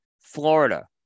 Florida